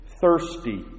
thirsty